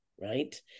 right